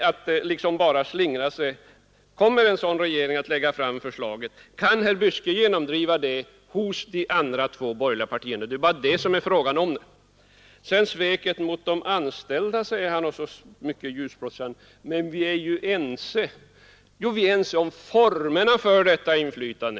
Jag frågade bara: ”Kommer en eventuell sådan ny regering att lägga fram ett sådant här förslag?” Kan herr Gustafsson i Byske genomdriva det hos de två andra borgerliga partierna? Det är det frågan gäller. Vad sedan beträffar sveket mot de anställda säger herr Gustafsson mycket ljusblått att vi är ense. — Ja, vi är ense om formerna för detta inflytande.